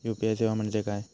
UPI सेवा म्हणजे काय?